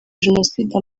jenoside